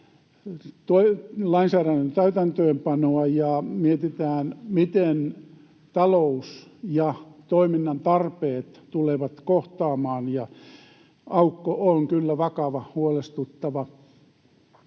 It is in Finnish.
lainsäädännön täytäntöönpanoa ja mietitään, miten talous ja toiminnan tarpeet tulevat kohtaamaan, ja aukko on kyllä vakava, huolestuttava.